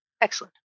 Excellent